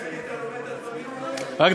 ממני אתה לומד את הדברים האלה?